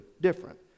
different